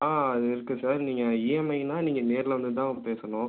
ஆ அது இருக்கு சார் நீங்கள் ஈவ்னிங்கனா நீங்கள் நேரில் வந்துதான் பேசணும்